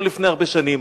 לא לפני הרבה שנים.